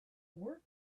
work